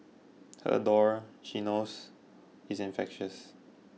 her ardour she knows is infectious